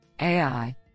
AI